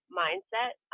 mindset